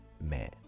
man